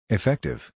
Effective